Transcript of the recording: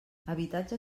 habitatge